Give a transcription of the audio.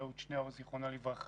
אהוד שניאור זיכרונו לברכה